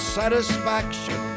satisfaction